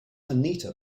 anita